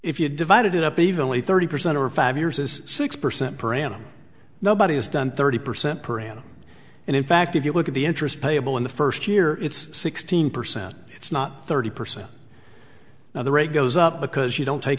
if you divided it up evenly thirty percent over five years is six percent per annum nobody has done thirty percent per annum and in fact if you look at the interest payable in the first year it's sixteen percent it's not thirty percent now the rate goes up because you don't take